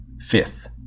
fifth